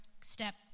step